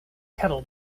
kettle